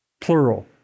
plural